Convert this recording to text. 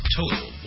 total